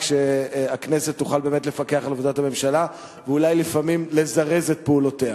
שהכנסת תוכל לפקח על עבודת הממשלה ואולי לפעמים לזרז את פעולותיה.